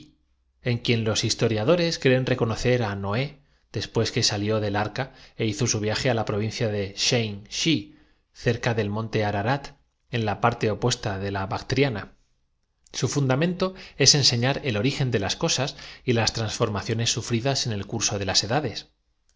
en quien los historiadores observatorio astronómico había presenciado creen reconocer á noé después que salió del arca é la caída de un enorme aereolito en las inmediaciones de versalles hizo su viaje á la provincia de xen si cerca del monte j así se escribe la historia ararat en la parte opuesta de la bactriana su fundamentó es enseñar el origen de las cosas y las transfor rada por sus prosélitos que se apellidaron tao ssé ó maciones sufridas en el curso de las edades